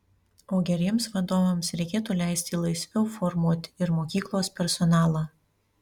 o geriems vadovams reikėtų leisti laisviau formuoti ir mokyklos personalą